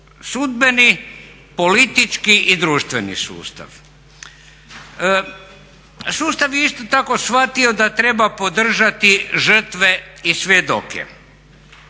sudbeni, politički i društveni sustav. Sustav je isto tako shvatio da treba podržati žrtve i svjedoke.